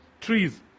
trees